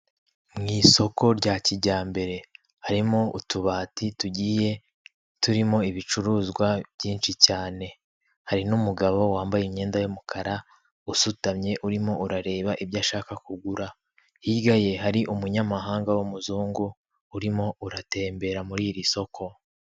Mu isoko rya Kijyambere, harimo utubati, tugiye turimo ibicuruzwa byinshi cyane. Hari n’umugabo wambaye imyenda y’umukara usutamye, urimo urareba ibyo ashaka kugura. Hirya ye, hari umunyamahanga w’umuzungu urimo uratembera muri iri soko.